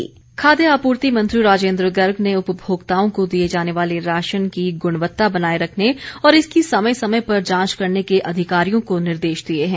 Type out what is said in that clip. राजेन्द्र गर्ग खाद्य आपूर्ति मंत्री राजेन्द्र गर्ग ने उपमोक्ताओं को दिए जाने वाले राशन की गुणवत्ता बनाए रखने और इसकी समय समय पर जांच करने के अधिकारियों को निर्देश दिए हैं